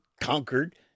conquered